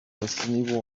destiny